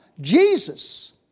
Jesus